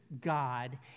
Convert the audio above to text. God